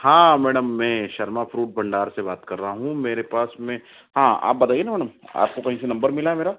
हाँ मैडम मैं शर्मा फ्रूट भंडार से बात कर रहा हूँ मेरे पास में हाँ आप बताइए ना मैडम आपको कहीं से नम्बर मिला है मेरा